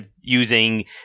using